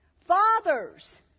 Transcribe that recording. Fathers